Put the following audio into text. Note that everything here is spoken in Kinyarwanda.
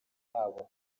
habo